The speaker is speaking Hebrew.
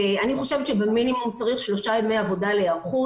אני חושבת שבמינימום צריך שלושה ימי עבודה להיערכות.